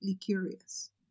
curious